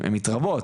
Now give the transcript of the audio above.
הן מתרבות,